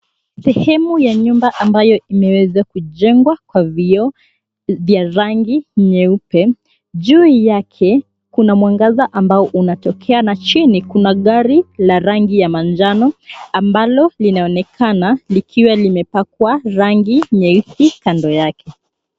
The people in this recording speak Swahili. Sehemu ya nyumba ambayo imeweza kujengwa kwa vioo vya rangi nyeupe. Juu yake kuna mwangaza ambao unatokea na chini kuna gari la rangi ya manjano ambalo linaonekana likiwa limepakwa rangi nyeusi kando yake.